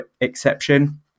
exception